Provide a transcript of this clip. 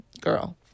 girl